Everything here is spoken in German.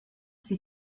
sie